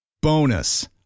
Bonus